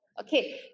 Okay